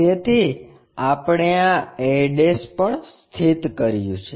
તેથી આપણે આ a પણ સ્થિત કર્યું છે